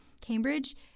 Cambridge